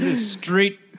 Street